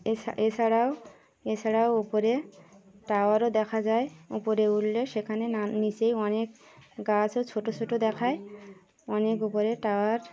এ এছাড়াও এছাড়াও উপরে টাওয়ারও দেখা যায় উপরে উললে সেখানে না নিচেই অনেক গাছও ছোটো ছোটো দেখায় অনেক উপরে টাওয়ার